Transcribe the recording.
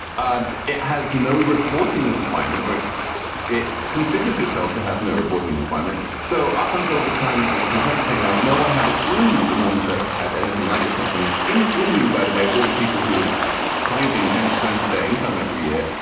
um it has no reporting requirement or it it considers itself to have no reporting requirement so up until the time that this complaint came out, no one had a clue that the mormon church had anything like this much money, including, by the way, all the people who would tithing ten percent of their income every year.